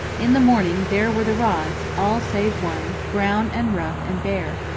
in the morning there were the rods, all save one, brown and rough and bare,